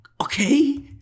Okay